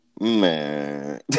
Man